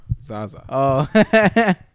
zaza